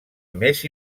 més